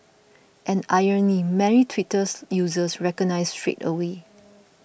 an irony many Twitters users recognised straight away